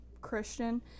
Christian